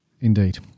Indeed